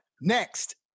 Next